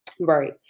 Right